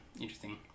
interesting